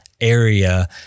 area